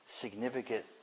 significant